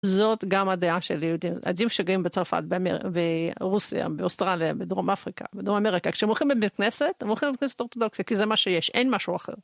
זאת גם הדעה של יהודים. יהודים שגרים בצרפת, ברוסיה, באוסטרליה, בדרום אפריקה, בדרום אמריקה, כשהם הולכים לבית כנסת, הם הולכים לבית כנסת אורתודוקסי, כי זה מה שיש, אין משהו אחר.